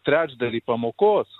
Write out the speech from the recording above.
trečdalį pamokos